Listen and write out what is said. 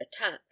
attack